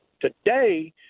today